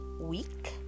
week